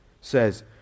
says